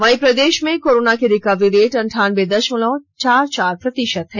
वहीं प्रदेश में कोरोना की रिकवरी रेट अनठानबे दशमलव चार चार प्रतिशत हैं